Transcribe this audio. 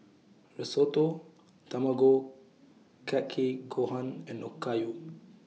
Risotto Tamago Kake Gohan and Okayu